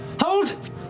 Hold